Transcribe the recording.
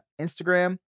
Instagram